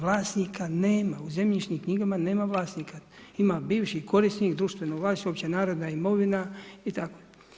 Vlasnika nema, u zemljišnim knjigama nema vlasnika, ima bivši korisnik, društveno vlasništvo, opće narodna imovina i tako.